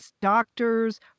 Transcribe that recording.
doctors